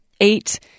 eight